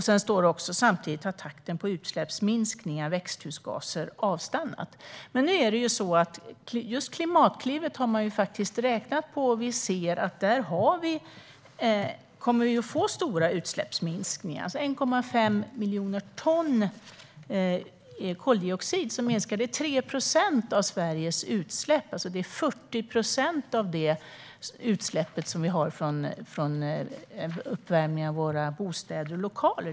Sedan står det: Samtidigt har takten på utsläppsminskningarna av växthusgaser avstannat. Men nu är det så att just Klimatklivet har man faktiskt räknat på. Vi ser att vi kommer att få stora utsläppsminskningar. Det minskar med 1,5 miljoner ton koldioxid. Det är 3 procent av Sveriges utsläpp. Det är 40 procent av det utsläpp som vi har från uppvärmning av våra bostäder och lokaler.